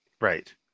right